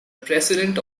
president